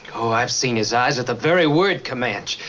oh i've seen his eyes at the very word commands.